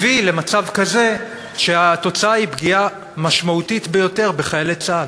הביא למצב כזה שהתוצאה היא פגיעה משמעותית ביותר בחיילי צה"ל?